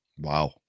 Wow